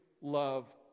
love